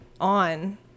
on